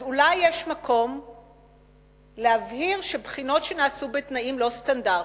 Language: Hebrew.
אז אולי יש מקום להבהיר שבחינות שנעשו בתנאים לא סטנדרטיים,